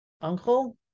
uncle